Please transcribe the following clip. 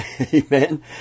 amen